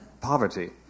poverty